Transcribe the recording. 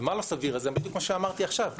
וזה בדיוק מה שאמרתי עכשיו.